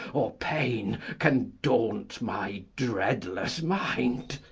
or pain, can daunt my dreadless mind.